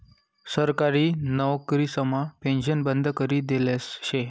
सरकारी नवकरीसमा पेन्शन बंद करी देयेल शे